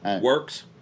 Works